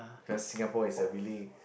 because Singapore is a really